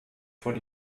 von